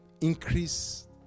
increase